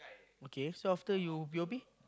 okay so after you P_O_P